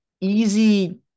easy